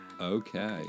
Okay